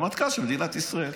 רמטכ"ל של מדינת ישראל,